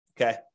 Okay